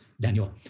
Daniel